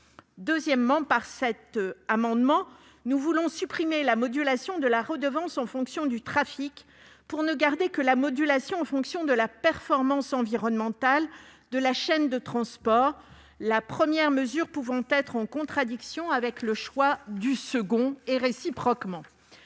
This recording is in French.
cette mesure. Cet amendement tend également à supprimer la modulation de la redevance en fonction du trafic pour ne garder que la modulation en fonction de la performance environnementale de la chaîne de transport, la première mesure pouvant entrer en contradiction avec la seconde, et réciproquement.